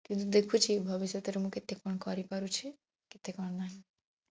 କିନ୍ତୁ ଦେଖୁଛି ଭବିଷ୍ୟତରେ ମୁଁ କେତେ କ'ଣ କରିପାରୁଛି କେତେ କ'ଣ ନାହିଁ